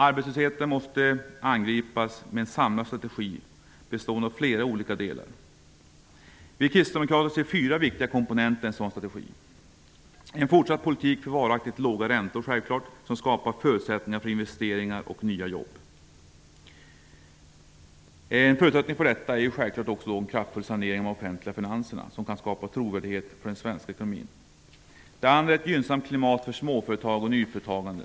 Arbetslösheten måste angripas med en samlad strategi bestående av flera olika delar. Vi kristdemokrater ser fyra viktiga komponenter i en sådan strategi: Den första komponenten är en fortsatt politik för varaktigt låga räntor som skapar förutsättningar för investeringar och nya jobb. En förutsättning för detta är en kraftfull sanering av de offentliga finanserna, som kan skapa trovärdighet för den svenska ekonomin. Den andra komponenten är ett gynnsamt klimat för småföretag och nyföretagande.